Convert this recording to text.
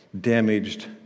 damaged